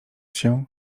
się